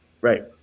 Right